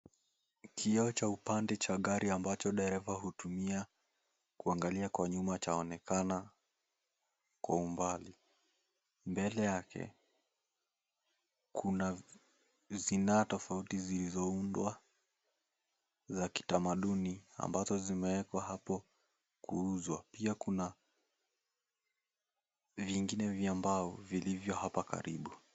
Kioo cha upande cha gari ambacho dereva hutumia kuangalia kwa nyuma chaonekana kwa umbali. Mbele yake kuna zinaa tofauti zilizoundwa za kitamaduni ambazo zimewekwa hapo kuuzwa. Pia kuna vingine vya mbao vilivyo hapa karibu.